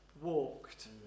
walked